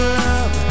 love